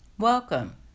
welcome